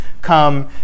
come